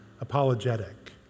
apologetic